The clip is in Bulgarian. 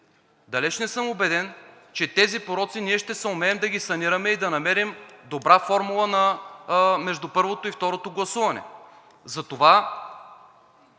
Далеч не съм убеден, че тези пороци ще съумеем да ги санираме и да намерим добра формула между първото и второто гласуване.